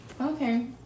Okay